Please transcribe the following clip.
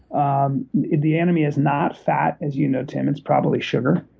um the enemy is not fat, as you know, tim. it's probably sugar.